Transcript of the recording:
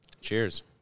Cheers